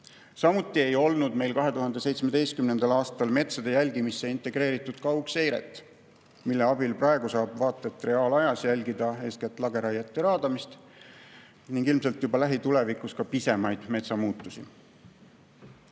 Samuti ei olnud meil 2017. aastal metsade jälgimisse integreeritud kaugseiret, mille abil praegu saab vaat et reaalajas jälgida eeskätt lageraiet ja raadamist ning ilmselt juba lähitulevikus ka pisemaid metsamuutusi.